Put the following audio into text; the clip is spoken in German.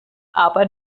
aber